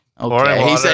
Okay